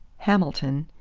hamilton,